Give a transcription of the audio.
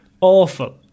Awful